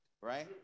right